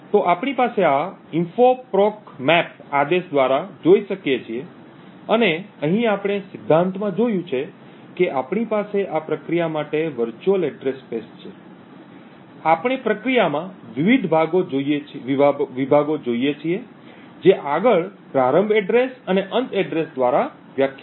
તો આપણે આ info proc map આદેશ દ્વારા જોઈ શકીએ છીએ અને અહીં આપણે સિદ્ધાંતમાં જોયું છે કે આપણી પાસે આ પ્રક્રિયા માટે વર્ચુઅલ એડ્રેસ સ્પેસ છે આપણે પ્રક્રિયામાં વિવિધ વિભાગો જોઈએ છીએ જે આગળ પ્રારંભ એડ્રેસ અને અંત એડ્રેસ દ્વારા વ્યાખ્યાયિત થયેલ છે